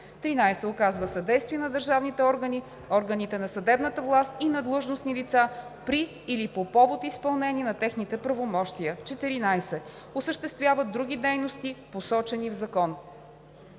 „13. оказва съдействие на държавните органи, органите на съдебната власт и на длъжностни лица при или по повод изпълнение на техните правомощия; 14. осъществява други дейности, посочени в закон.“